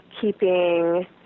keeping